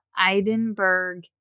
Eidenberg